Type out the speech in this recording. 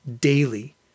daily